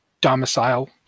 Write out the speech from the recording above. domicile